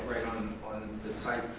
on the site.